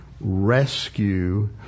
rescue